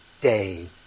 day